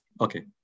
Okay